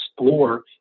explore